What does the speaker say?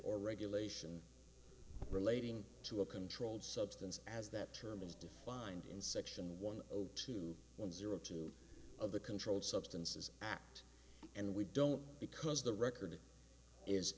or regulation relating to a controlled substance as that term is defined in section one of two one zero two of the controlled substances act and we don't because the record is